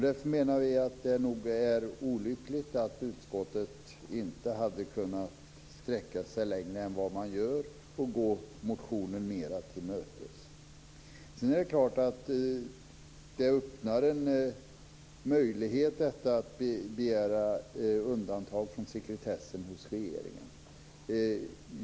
Därför menar vi att det är olyckligt att utskottet inte har kunnat sträcka sig längre än vad man gör och gå motionen mera till mötes. Detta öppnar en möjlighet att begära undantag från sekretessen hos regeringen.